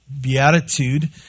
beatitude